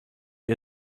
ihr